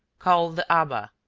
called the aba,